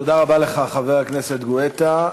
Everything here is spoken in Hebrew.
תודה רבה לך, חבר הכנסת גואטה.